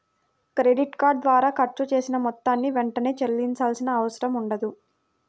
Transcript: credit card ద్వారా ఖర్చు చేసిన మొత్తాన్ని వెంటనే చెల్లించాల్సిన అవసరం ఉండదు